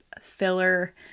filler